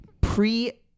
pre-